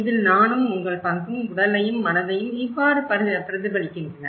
இதில் நானும் உங்கள் பங்கும் உடலையும் மனதையும் இவ்வாறு பிரதிபலிக்கின்றன